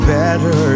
better